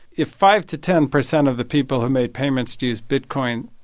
if five to ten percent of the people who made payments used bitcoin,